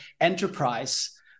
enterprise